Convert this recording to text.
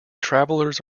travelers